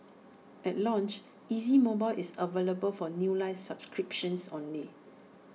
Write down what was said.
at launch easy mobile is available for new line subscriptions only